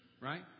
Right